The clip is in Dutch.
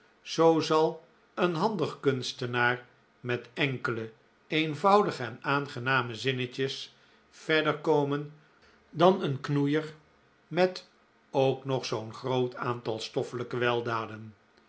zoo zal een handig kunstenaar met enkele eenvoudige en aangename zinnetjes verder komen dan een knoeier met ook nog zoo'n groot aantal stoffelijke weldaden